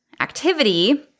activity